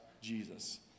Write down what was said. Jesus